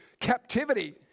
captivity